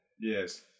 Yes